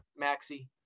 maxi